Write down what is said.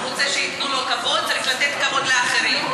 הוא רוצה שייתנו לו כבוד, צריך לתת כבוד לאחרים.